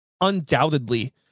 undoubtedly